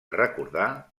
recordar